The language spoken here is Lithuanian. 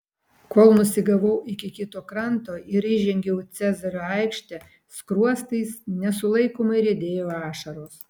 kol nusigavau iki kito kranto ir įžengiau į cezario aikštę skruostais nesulaikomai riedėjo ašaros